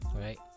right